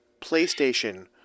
PlayStation